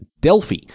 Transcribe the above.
Delphi